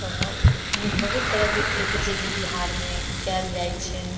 तऽ एहन बहुत तरहके खेती छै जे बिहारमे कएल जाइ छै